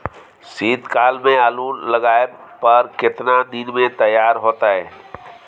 शीत काल में आलू लगाबय पर केतना दीन में तैयार होतै?